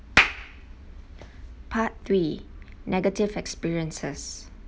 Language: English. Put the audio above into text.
part three negative experiences